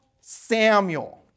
Samuel